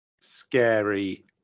scary